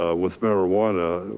ah with marijuana,